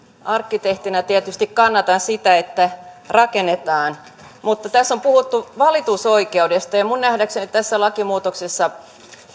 arkkitehtinä tietysti kannatan sitä että rakennetaan mutta tässä on puhuttu valitusoikeudesta ja minun nähdäkseni tässä lakimuutoksessa